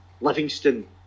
Livingston